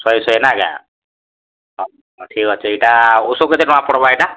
ଶହେ ଶହେ ନା ଆଜ୍ଞା ହଁ ଠିକ୍ ଅଛେ ଇଟା ଉଷୋ କେତେ ଟଙ୍ଗା ପଡ଼ବା ଇଟା